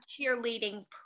cheerleading